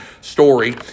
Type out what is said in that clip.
story